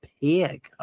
pig